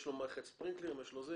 יש לו מערכת מתזים, יש לו זה וזה.